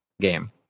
game